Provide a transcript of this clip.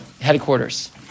headquarters